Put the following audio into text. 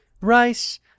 Rice